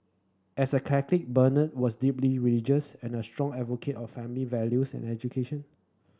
as a Catholic Bernard was deeply religious and a strong advocate of family values and education